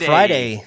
Friday